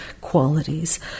qualities